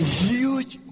huge